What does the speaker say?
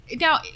now